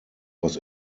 was